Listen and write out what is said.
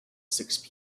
six